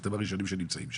אתם הראשונים שנמצאים שם.